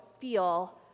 feel